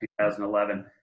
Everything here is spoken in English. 2011